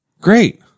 Great